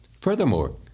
Furthermore